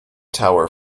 tower